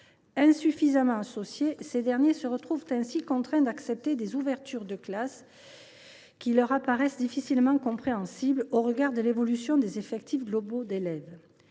Insuffisamment associés, les rectorats se retrouvent contraints d’accepter des ouvertures de classes, qui leur semblent difficilement compréhensibles au regard de l’évolution de l’effectif global des élèves.